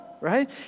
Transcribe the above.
right